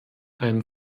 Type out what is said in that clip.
einen